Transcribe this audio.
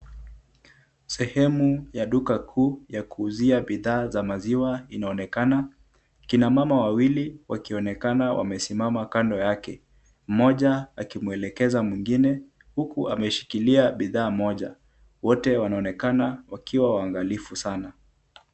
Sehemu ya duka kuu ya kuuzia bidhaa za maziwa inaonekana, kina mama wawili wakionekana wamesimama kando yake, mmoja akimwelekeza mwingine, huku ameshikilia bidhaa moja. Wote wanaonekana wakiwa waangalifu sana.